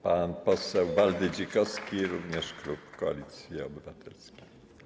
Pan poseł Waldy Dzikowski, również klub Koalicji Obywatelskiej.